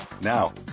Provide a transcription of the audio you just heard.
Now